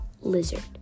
Lizard